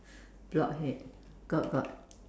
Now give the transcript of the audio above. blockhead got got